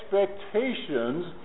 expectations